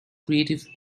creative